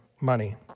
money